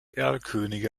erlkönige